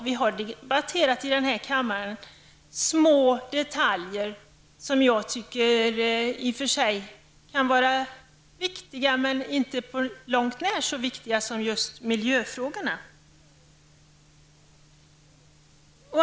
Vi har här i kammaren debatterat små detaljer som i och för sig kan vara viktiga, men inte på långt när så viktiga som just miljöfrågorna.